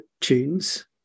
tunes